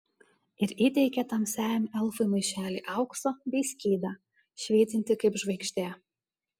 ir įteikė tamsiajam elfui maišelį aukso bei skydą švytintį kaip žvaigždė